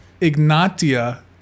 Ignatia